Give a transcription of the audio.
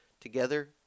together